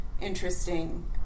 interesting